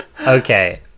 Okay